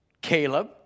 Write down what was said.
Caleb